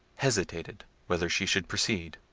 hesitated whether she should proceed.